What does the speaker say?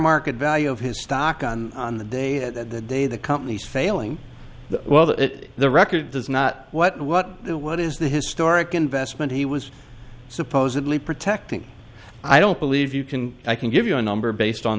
market value of his stock on on the day the day the company's failing well that the record does not what what what is the historic investment he was supposedly protecting i don't believe you can i can give you a number based on